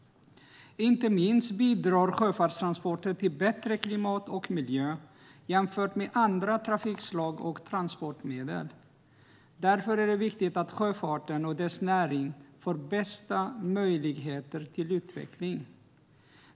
Sjöfartstransporter bidrar inte minst till bättre klimat och miljö, jämfört med andra trafikslag och transportmedel. Därför är det viktigt att sjöfarten och dess näring får de bästa möjligheterna till utveckling.